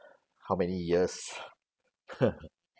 how many years